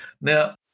Now